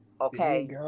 okay